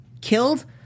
killed